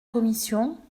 commission